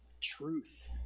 truth